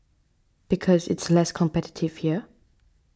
because it's less competitive here